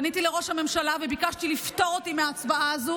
פניתי לראש הממשלה וביקשתי לפטור אותי מההצבעה הזו,